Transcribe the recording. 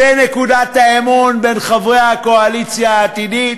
זו נקודת האמון בין חברי הקואליציה העתידית?